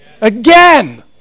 again